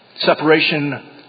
separation